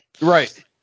right